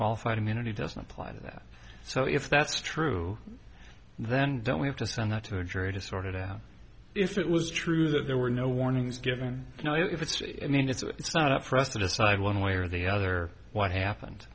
qualified immunity doesn't apply that so if that's true then don't we have to send that to a jury to sort it out if it was true that there were no warnings given you know if it's i mean it's not for us to decide one way or the other what happened